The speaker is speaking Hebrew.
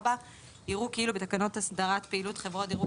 יראו כאילו בתקנות הסדרת פעילות חברות דירוג